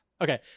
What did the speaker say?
Okay